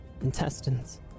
...intestines